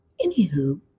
anywho